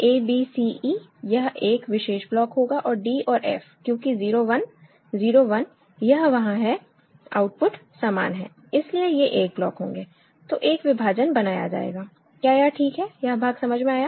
a b c e यह एक विशेष ब्लॉक होगा और d और f क्योंकि 01 01 यह वहां है आउटपुट समान है इसलिए ये एक ब्लॉक होंगे तो एक विभाजन बनाया जाएगा क्या यह ठीक है यह भाग समझ में आया